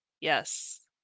yes